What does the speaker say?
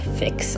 fix